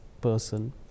person